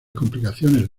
complicaciones